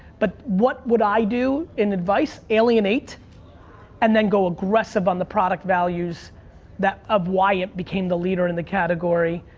but what would i do in advice? alienate and then go aggressive on the product values of why it became the leader in the category,